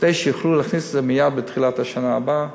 כדי שיוכלו להכניס את זה מייד בתחילת השנה הבאה,